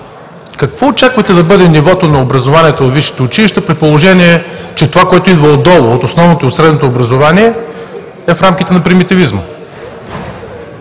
Какво очаквате да бъде нивото на образованието във висшите училища, при положение че това, което идва отдолу – от основното и от средното образование, е в рамките на примитивизма?